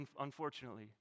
unfortunately